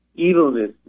evilness